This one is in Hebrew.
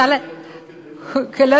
לא,